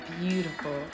beautiful